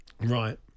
Right